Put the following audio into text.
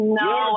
no